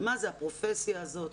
מה זה הפרופסיה הזאת,